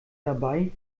dabei